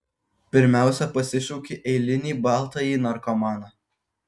pirmiausia pasišauki eilinį baltąjį narkomaną